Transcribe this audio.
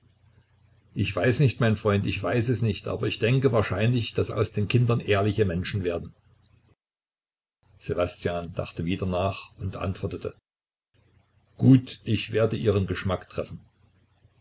ich weiß nicht mein freund ich weiß es nicht aber ich denke wahrscheinlich daß aus den kindern ehrliche menschen werden ssewastjan dachte wieder nach und antwortete gut ich werde ihren geschmack treffen